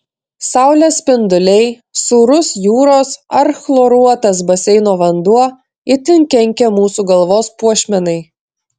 saulės spinduliai sūrus jūros ar chloruotas baseino vanduo itin kenkia mūsų galvos puošmenai